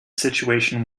situation